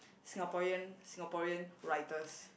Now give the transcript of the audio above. Singaporean Singaporean writers